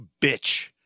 bitch